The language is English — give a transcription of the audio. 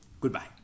Goodbye